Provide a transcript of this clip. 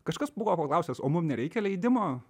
kažkas buvo paklausęs o mum nereikia leidimo